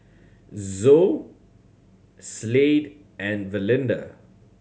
Zoe Slade and Valinda